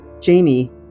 Jamie